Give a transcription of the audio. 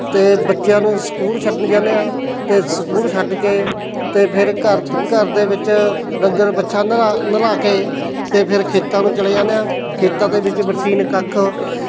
ਅਤੇ ਬੱਚਿਆਂ ਨੂੰ ਸਕੂਲ ਛੱਡਣ ਜਾਂਦੇ ਹਾਂ ਅਤੇ ਸਕੂਲ ਛੱਡ ਕੇ ਅਤੇ ਫਿਰ ਘਰ ਘਰ ਦੇ ਵਿੱਚ ਡੰਗਰ ਵੱਛਾ ਨਲ਼ਾ ਨਲ਼ਾ ਕੇ ਅਤੇ ਫਿਰ ਖੇਤਾਂ ਨੂੰ ਚਲੇ ਜਾਂਦੇ ਹਾਂ ਖੇਤਾਂ ਦੇ ਵਿੱਚ ਬਰਸੀਨ ਕੱਖ